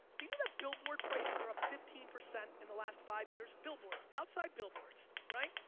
do you know that billboard prices are up fifteen percent in the last five years. billboards, outside billboards, right?